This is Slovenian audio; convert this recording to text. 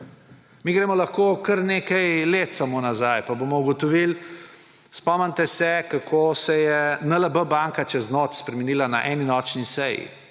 gremo lahko samo nekaj let nazaj pa bomo ugotovili, spomnite se, kako se je banka NLB čez noč spremenila na eni nočni seji,